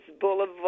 Boulevard